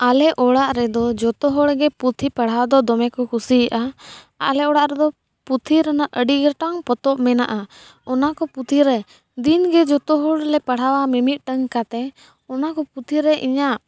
ᱟᱞᱮ ᱚᱲᱟᱜ ᱨᱮᱫᱚ ᱡᱚᱛᱚ ᱦᱚᱲᱜᱮ ᱯᱩᱛᱷᱤ ᱯᱟᱲᱦᱟᱣ ᱫᱚ ᱫᱚᱢᱮᱠᱚ ᱠᱩᱥᱤᱭᱟᱜᱼᱟ ᱟᱞᱮ ᱚᱲᱟᱜ ᱨᱮᱫᱚ ᱯᱩᱛᱷᱤ ᱨᱮᱱᱟᱜ ᱟᱰᱤ ᱜᱚᱴᱟᱝ ᱯᱚᱛᱚᱵ ᱢᱮᱱᱟᱜᱼᱟ ᱚᱱᱟᱠᱚ ᱯᱩᱛᱷᱤᱨᱮ ᱫᱤᱱᱜᱮ ᱡᱚᱛᱚ ᱦᱚᱲᱞᱮ ᱯᱟᱲᱦᱟᱣᱟ ᱢᱤᱼᱢᱤᱫᱴᱟᱝ ᱠᱟᱛᱮ ᱚᱱᱟ ᱠᱚ ᱯᱩᱛᱷᱤᱨᱮ ᱤᱧᱟᱜ